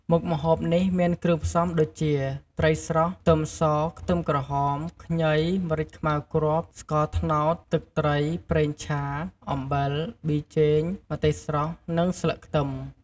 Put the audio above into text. មុខម្ហូបនេះមានគ្រឿងផ្សំដូចជា ត្រីស្រស់ ខ្ទឹមស ខ្ទឹមក្រហម ខ្ញី ម្រេចខ្មៅគ្រាប់ ស្ករត្នោត ទឹកត្រី ប្រេងឆា អំបិល ប៊ីចេង ម្ទេសស្រស់ និងស្លឹកខ្ទឹម។